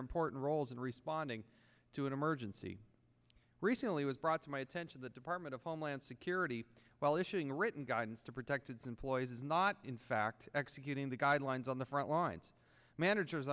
important roles in responding to an emergency recently was brought to my attention the department of homeland security while issuing a written guidance to protect its employees is not in fact executing the guidelines on the front lines managers